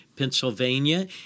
Pennsylvania